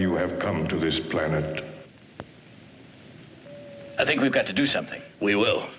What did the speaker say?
you have come to this planet i think we've got to do something we will